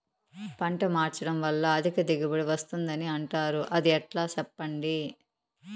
పంట మార్చడం వల్ల అధిక దిగుబడి వస్తుందని అంటారు అది ఎట్లా సెప్పండి